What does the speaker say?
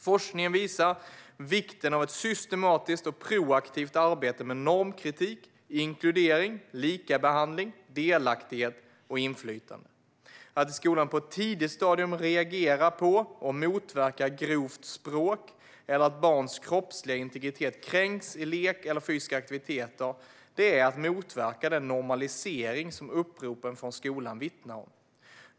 Forskningen visar vikten av ett systematiskt proaktivt arbete med normkritik, inkludering, likabehandling, delaktighet och inflytande. Att i skolan på ett tidigt stadium reagera på och motverka grovt språk eller att barns kroppsliga integritet kränks i lek eller fysiska aktiviteter är att motverka den normalisering som uppropen från skolan vittnar om.